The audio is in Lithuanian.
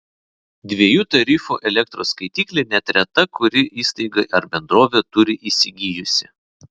dviejų tarifų elektros skaitiklį net reta kuri įstaiga ar bendrovė turi įsigijusi